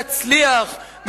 להצליח",